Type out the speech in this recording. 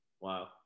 Wow